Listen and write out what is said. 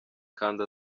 kandi